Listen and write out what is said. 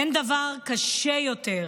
אין דבר קשה יותר,